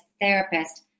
therapist